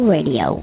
Radio